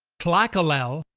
tlacaelel,